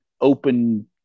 open